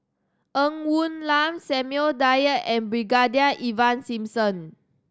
Ng Woon Lam Samuel Dyer and Brigadier Ivan Simson